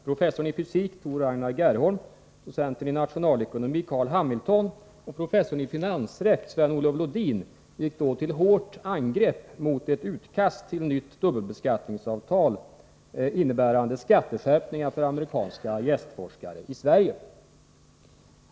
Professorn i fysik Tor Ragnar Gerholm, docenten i internationell ekonomi Carl Hamilton och professorn i finansrätt Sven-Olof Lodin gick då till hårt angrepp mot ett utkast till nytt dubbelbeskattningsavtal, innebärande skatteskärpningar för amerikanska gästforskare i Sverige.